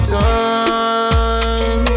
time